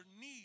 need